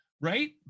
right